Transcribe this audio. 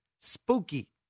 Spooky